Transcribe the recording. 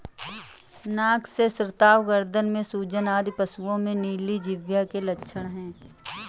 नाक से स्राव, गर्दन में सूजन आदि पशुओं में नीली जिह्वा के लक्षण हैं